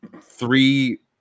three